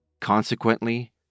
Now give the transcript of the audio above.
Consequently